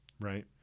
right